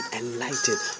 enlightened